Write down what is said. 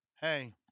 hey